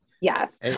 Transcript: Yes